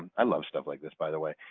i love stuff like this by the way.